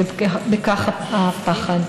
ובכך הפחד.